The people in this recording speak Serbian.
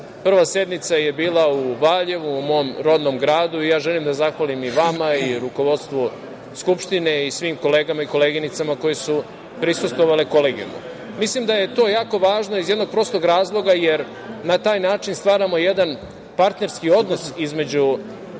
prva sednica je bila u Valjevu, u mom rodnom gradu i ja želim da zahvalim i vama i rukovodstvu Skupštine i svim kolegama i koleginicama koji su prisustvovali Kolegijumu. Mislim da je to jako važno iz jednog prostog razloga jer na taj način stvaramo jedan partnerski odnosi između